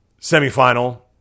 semifinal